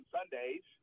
Sundays